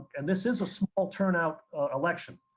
and this is a small turnout election.